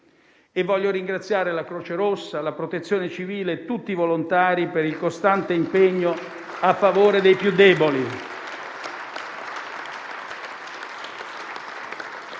Voglio ringraziare la Croce Rossa, la Protezione civile e tutti i volontari per il costante impegno a favore dei più deboli.